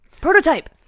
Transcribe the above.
Prototype